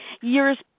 years